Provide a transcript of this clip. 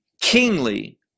kingly